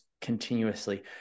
continuously